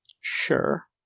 Sure